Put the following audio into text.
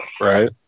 Right